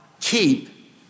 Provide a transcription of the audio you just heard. keep